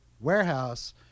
warehouse